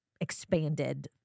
expanded